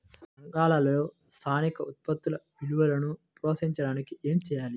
సంఘాలలో స్థానిక ఉత్పత్తుల విలువను ప్రోత్సహించడానికి ఏమి చేయాలి?